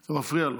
זה מפריע לו.